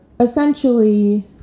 Essentially